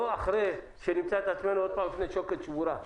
לא אחרי שנמצא את עצמנו עוד פעם לפני שוקת שבורה.